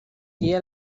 día